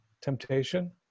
temptation